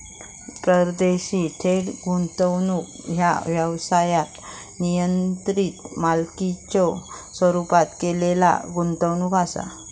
परदेशी थेट गुंतवणूक ह्या व्यवसायात नियंत्रित मालकीच्यो स्वरूपात केलेला गुंतवणूक असा